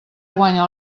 guanya